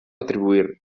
atribuir